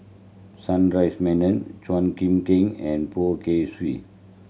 Sundaresh Menon Chua Kim Kang and Poh Kay Swee